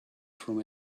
from